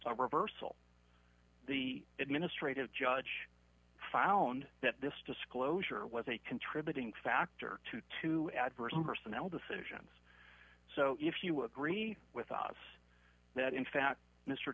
a reversal the administrative judge found that this disclosure was a contributing factor to two adverse personnel decisions so if you agree with us that in fact mr